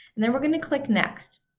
then we're going to click next.